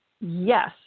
Yes